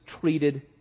treated